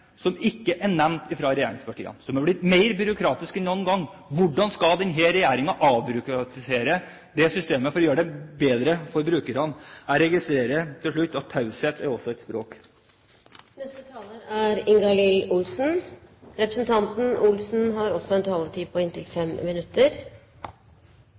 som ikke er nevnt av regjeringspartiene, som har blitt mer byråkratisk enn noen gang. Hvordan skal denne regjeringen avbyråkratisere det systemet for å gjøre det bedre for brukerne? Jeg registrerer til slutt at taushet også er et språk. Den norske modellen er uløselig knyttet sammen med kommunal velferd. Vi har en